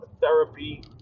therapy